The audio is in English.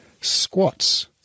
squats